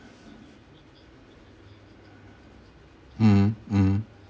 mm mm